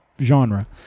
genre